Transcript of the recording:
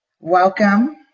Welcome